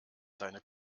seine